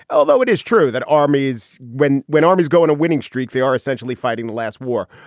although it is true that armies when when armies go on a winning streak, they are essentially fighting the last war.